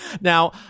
now